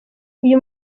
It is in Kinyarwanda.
uyu